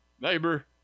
neighbor